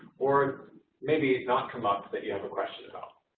or maybe not come up that you have a question about.